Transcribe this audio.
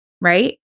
right